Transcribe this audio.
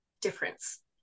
difference